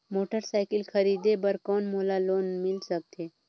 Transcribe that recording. Motorcycle खरीदे बर कौन मोला लोन मिल सकथे?